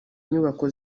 nyubako